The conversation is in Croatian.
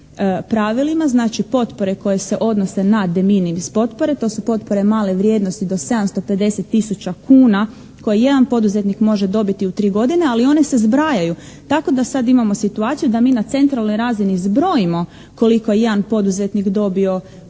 znači potpore koje se odnose na …/Govornik se ne razumije./… potpore to su potpore male vrijednosti do 750 tisuća kuna koje jedan poduzetnik može dobiti u tri godine ali one se zbrajaju, tako da sada imamo situaciju da mi na centralnoj razini zbrojimo koliko je jedan poduzetnik dobio potpore